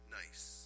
nice